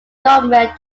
government